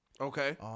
okay